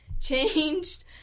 changed